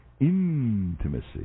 intimacy